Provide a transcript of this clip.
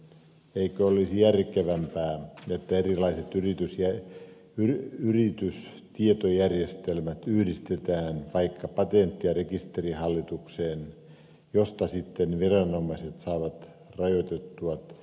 eikö olisi järkevämpää että erilaiset yritystietojärjestelmät yhdistetään vaikka patentti ja rekisterihallitukseen josta sitten viranomaiset saavat rajoitettua täsmätietoa